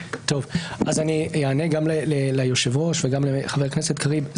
אני אענה גם ליושב-ראש וגם לחבר הכנסת קריב.